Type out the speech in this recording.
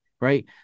right